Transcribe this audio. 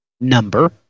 number